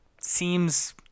seems